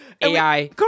AI